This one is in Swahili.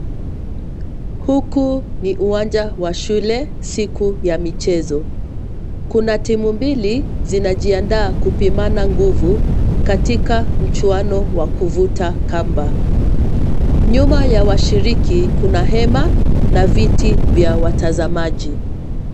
Huku, ni uwanja wa shule, siku ya michezo. Kuna timu mbili, zinajiandaa kupimana nguvu, katika mchuano wa kuvuta kamba. Nyuma ya washiriki, kuna hema, na viti vya watazamaji.